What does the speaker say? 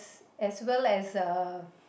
as well as uh